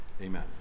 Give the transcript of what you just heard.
Amen